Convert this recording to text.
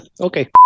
Okay